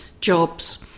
jobs